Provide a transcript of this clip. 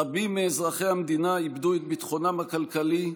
רבים מאזרחי המדינה איבדו את ביטחונם הכלכלי,